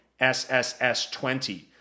SSS20